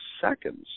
seconds